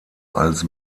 als